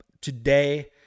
today